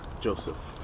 Joseph